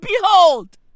Behold